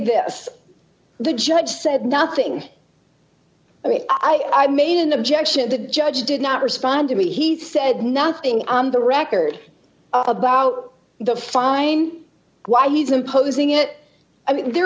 that the judge said nothing i mean i i made an objection to the judge did not respond to me he said nothing on the record about the fine why he's imposing it i mean there